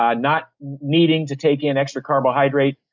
um not needing to take in extra carbohydrate,